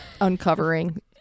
uncovering